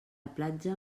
platja